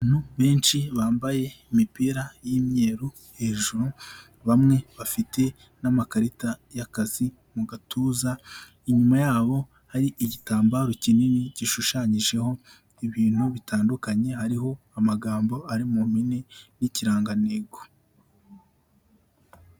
Abantu benshi bambaye imipira y'imyeru hejuru, bamwe bafite n'amakarita y'akazi mu gatuza, inyuma yabo hari igitambaro kinini gishushanyijeho ibintu bitandukanye hariho amagambo ari mu mpine n'ikirangantego.